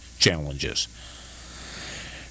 challenges